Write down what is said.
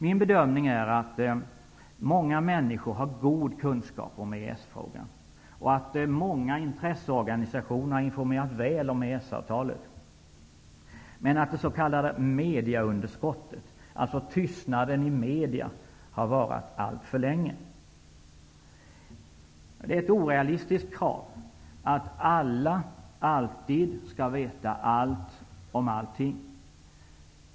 Min bedömning är att många människor har god kunskap om EES-frågan och att många intresseorganisationer har informerat väl om EES avtalet. Men det s.k. mediaunderskottet, dvs tystnaden i media, har varat alltför länge. Det är ett orealistiskt krav att alla alltid skall veta allt om allting.